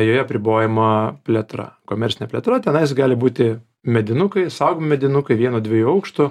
joje apribojama plėtra komercinė plėtra tenais gali būti medinukai saugomi medinukai vieno dviejų aukštų